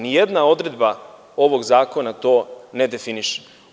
Nijedna odredba ovog zakona to ne definiše.